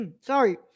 Sorry